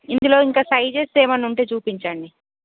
ఇందులో ఇంక సైజెస్ ఏమన్నుంటే చూపించండి